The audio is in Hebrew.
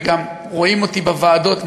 וגם רואים אותי בוועדות,